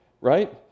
right